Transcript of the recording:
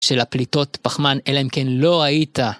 של הפליטות פחמן, אלא אם כן לא היית.